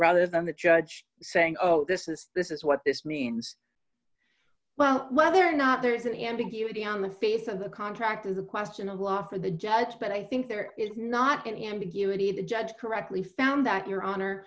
rather than the judge saying oh this is this is what this means well whether or not there is an ambiguity on the face of the contract is a question of law for the judge but i think there is not an ambiguity the judge correctly found that your honor